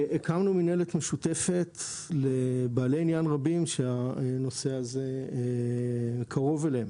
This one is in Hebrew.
הקמנו מינהלת משותפת לבעלי עניין רבים שהנושא הזה קרוב אליהם